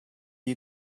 you